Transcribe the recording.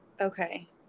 okay